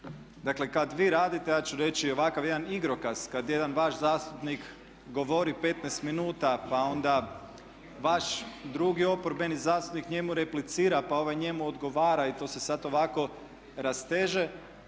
Dakle kada vi radite ja ću reći ovakav jedan igrokaz, kada jedan vaš zastupnik govori 15 minuta pa onda vaš drugi oporbeni zastupnik njemu replicira pa ovaj njemu odgovara i to se sada ovako rasteže